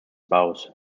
baus